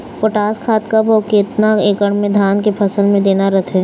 Potash खाद कब अऊ केतना एकड़ मे धान के फसल मे देना रथे?